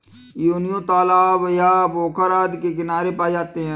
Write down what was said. योनियों तालाब या पोखर आदि के किनारे पाए जाते हैं